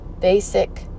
basic